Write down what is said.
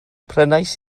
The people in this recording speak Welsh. prynais